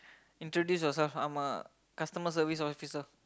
introduce yourself I'm a customer service officer